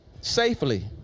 safely